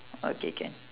okay can